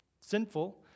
sinful